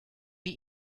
wie